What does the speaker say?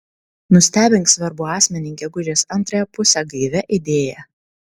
nustebink svarbų asmenį gegužės antrąją pusę gaivia idėja